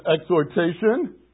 exhortation